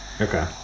okay